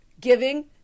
Giving